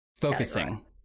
focusing